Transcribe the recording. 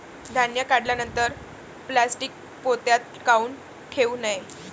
धान्य काढल्यानंतर प्लॅस्टीक पोत्यात काऊन ठेवू नये?